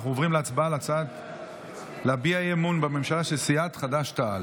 אנחנו עוברים להצבעה להביע אי-אמון בממשלה של סיעת חד"ש-תע"ל.